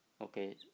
okay